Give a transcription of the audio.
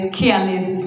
careless